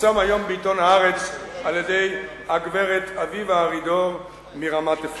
שפורסם היום בעיתון "הארץ" על-ידי הגברת אביבה ארידור מרמת-אפעל.